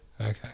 Okay